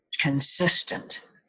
consistent